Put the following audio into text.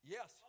Yes